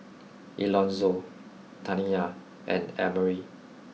Elonzo Taniyah and Emery